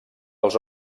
els